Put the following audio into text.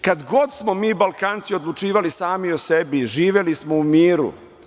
Kada god smo bi Balkanci odlučivali sami o sebi, živeli smo u miru.